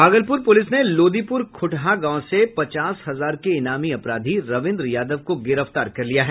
Bhagalpur police ने लोदीपुर खुटह गांव से पचास हजार के इनामी अपराधी रविन्द्र यादव को गिरफ्तार किया है